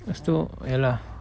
lepas tu ya lah